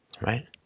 Right